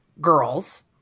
girls